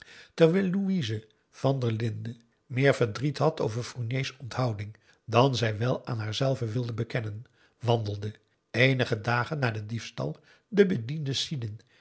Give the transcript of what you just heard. louise van der linden meer verdriet had over fourniers onthouding dan zij wel aan haarzelve wilde bekennen wandelde eenige dagen na den diefstal de bediende sidin